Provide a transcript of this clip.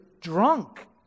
drunk